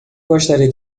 gostaria